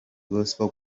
gospel